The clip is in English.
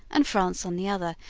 and france on the other,